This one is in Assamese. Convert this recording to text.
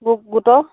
গোটৰ